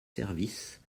services